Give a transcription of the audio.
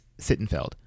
Sittenfeld